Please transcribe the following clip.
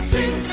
Sing